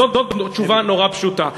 זאת תשובה נורא פשוטה.